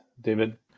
David